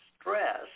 Stress